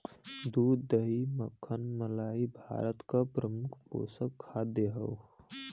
दूध दही मक्खन मलाई भारत क प्रमुख पोषक खाद्य हौ